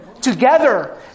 together